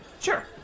Sure